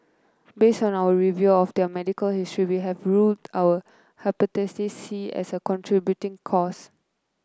based on our review of their medical histories we have ruled out Hepatitis C as a contributing cause